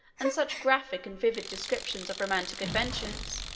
and such graphic and vivid descriptions of romantic adventures,